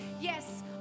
yes